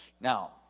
Now